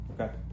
Okay